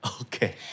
Okay